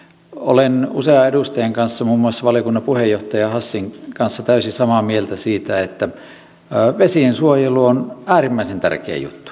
olen usean edustajan kanssa muun muassa valiokunnan puheenjohtaja hassin kanssa täysin samaa mieltä siitä että vesiensuojelu on äärimmäisen tärkeä juttu